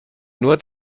nur